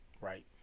Right